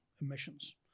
emissions